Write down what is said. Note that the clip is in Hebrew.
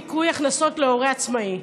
ניכוי הכנסות להורה עצמאי).